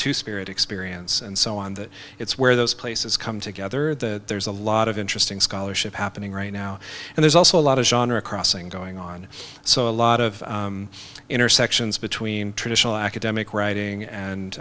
to spirit experience and so on that it's where those places come together that there's a lot of interesting scholarship happening right now and there's also a lot of genre crossing going on so a lot of intersections between traditional academic writing and